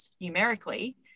numerically